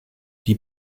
die